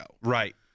Right